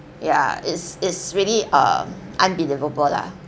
ya it's it's really err unbelievable lah